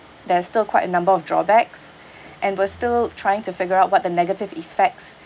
there's still quite a number of drawbacks and we're still trying to figure out what the negative effects